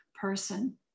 person